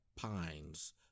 Pines